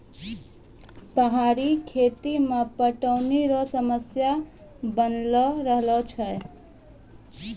पहाड़ी खेती मे पटौनी रो समस्या बनलो रहै छै